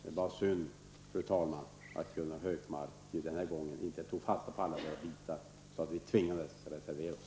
Det var bara synd, fru talman, att Gunnar Hökmark inte denna gång tog fasta på alla våra tankegångar. Därför tvingades vi att reservera oss.